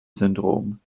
syndrom